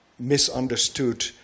misunderstood